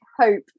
hope